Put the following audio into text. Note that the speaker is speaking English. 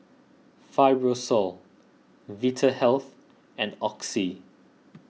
Fibrosol Vitahealth and Oxy